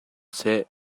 seh